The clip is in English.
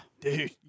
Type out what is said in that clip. Dude